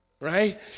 right